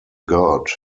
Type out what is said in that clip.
god